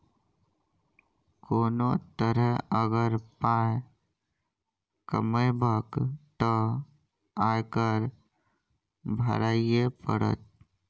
कोनो तरहे अगर पाय कमेबहक तँ आयकर भरइये पड़त